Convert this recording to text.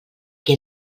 que